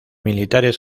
militares